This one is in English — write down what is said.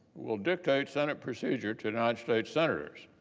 we'll dig take senate procedure to united states senators.